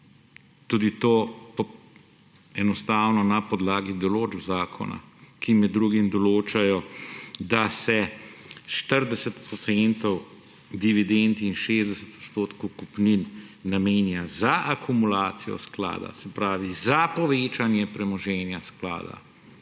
porabo. Enostavno na podlagi določb zakona, ki med drugim določajo, da se 40 % dividend in 60 % kupnin namenja za akumulacijo sklada, se pravi za povečanje premoženja sklada.